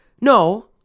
No